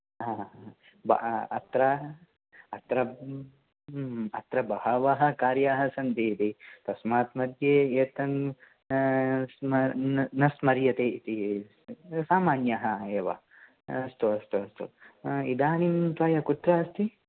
हा ह भव अत्र अत्र अत्र बहवः कार्याः सन्तीति तस्मात् मध्ये एतन् स्मर् न स्मर्यते इति सामान्यः एव अस्तु अस्तु अस्तु इदानीं त्वाय कुत्र अस्ति